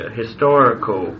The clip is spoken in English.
historical